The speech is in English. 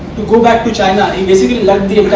to go back to china, he basically lugged the and